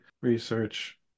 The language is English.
research